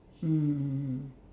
mm mm mm